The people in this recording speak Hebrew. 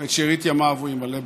ואת שארית ימיו הוא ימלא בכלא.